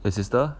the sister